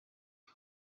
the